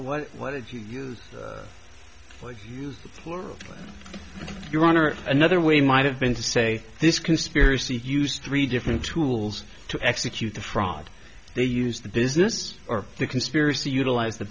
what what if you like your honor another way might have been to say this conspiracy used three different tools to execute the fraud they used the business or the conspiracy utilized the